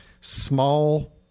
Small